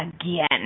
again